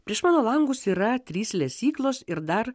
prieš mano langus yra trys lesyklos ir dar